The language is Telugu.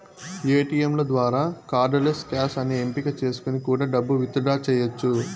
ఏటీయంల ద్వారా కార్డ్ లెస్ క్యాష్ అనే ఎంపిక చేసుకొని కూడా డబ్బు విత్ డ్రా చెయ్యచ్చు